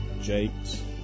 Jakes